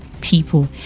people